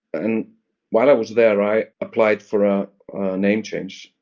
and while i was there i applied for a name change,